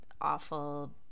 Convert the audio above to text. awful